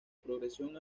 progresión